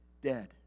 dead